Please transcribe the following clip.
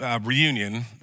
reunion